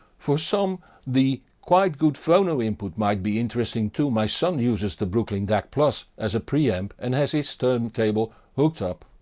for some the quite good phono input might be interesting too. my son uses the brooklyn dac as pre-amp and has his turntable hooked up.